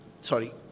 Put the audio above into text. Sorry